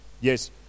Yes